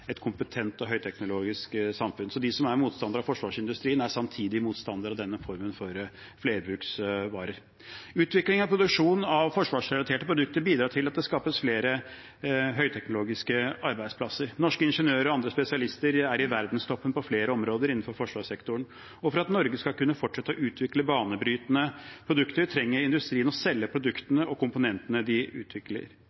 et kompetent og høyteknologisk samfunn. Så de som er motstandere av forsvarsindustrien, er samtidig motstandere av denne formen for flerbruksvarer. Utvikling og produksjon av forsvarsrelaterte produkter bidrar til at det skapes flere høyteknologiske arbeidsplasser. Norske ingeniører og andre spesialister er i verdenstoppen på flere områder innenfor forsvarssektoren. For at Norge skal kunne fortsette med å utvikle banebrytende produkter, trenger industrien å selge